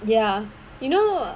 ya you know